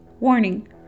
Warning